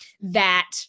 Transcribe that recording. that-